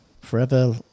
Forever